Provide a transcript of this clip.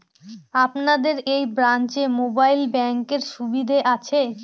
আপনাদের এই ব্রাঞ্চে মোবাইল ব্যাংকের সুবিধে আছে?